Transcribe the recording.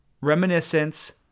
Reminiscence